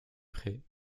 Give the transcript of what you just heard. prés